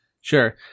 Sure